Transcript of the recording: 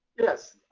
yes.